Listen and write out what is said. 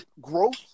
growth